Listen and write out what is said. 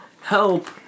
Help